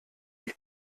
die